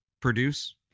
produce